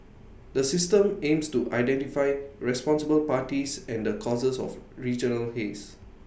the system aims to identify responsible parties and the causes of regional haze